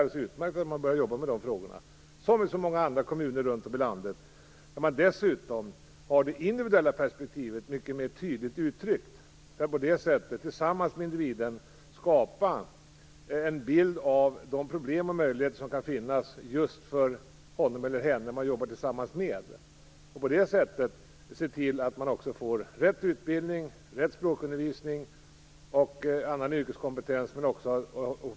Det har man även i många andra kommuner runt om i landet, där man dessutom har det individuella perspektivet mycket mer tydligt uttryckt. På det sättet kan man tillsammans med individen skapa en bild av de problem och möjligheter som kan finnas just för honom eller henne och därigenom se till att personen i fråga får rätt utbildning, rätt språkundervisning och annan yrkeskompetens.